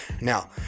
Now